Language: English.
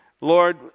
Lord